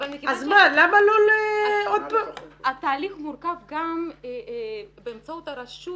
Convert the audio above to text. אז מה למה לא --- התהליך מורכב גם באמצעות הרשות.